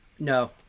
No